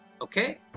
Okay